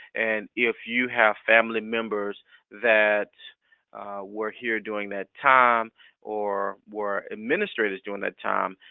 and if you have family members that were here during that time or were administrators during that time,